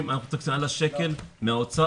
אנחנו מתוקצבים עד השקל מהאוצר.